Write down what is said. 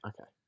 Okay